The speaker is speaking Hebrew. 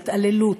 ההתעללות,